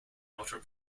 motor